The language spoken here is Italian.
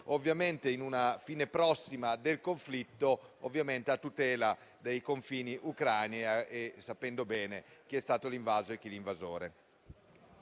ovviamente in una fine prossima del conflitto, a tutela dei confini ucraini e sapendo bene chi è stato l'invaso e chi l'invasore.